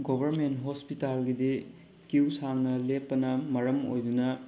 government ꯍꯣꯁꯄꯤꯇꯥꯜꯒꯤꯗꯤ queue ꯁꯥꯡꯅ ꯂꯦꯞꯄꯅ ꯃꯔꯝ ꯑꯣꯏꯗꯨꯅ